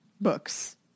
books